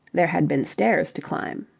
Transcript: there had been stairs to climb.